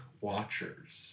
Watchers